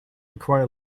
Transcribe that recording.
require